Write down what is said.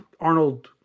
Arnold